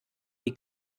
wie